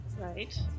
Right